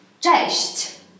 Cześć